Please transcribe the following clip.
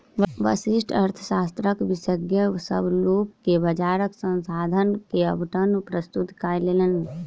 व्यष्टि अर्थशास्त्रक विशेषज्ञ, सभ लोक के बजारक संसाधन के आवंटन प्रस्तुत कयलैन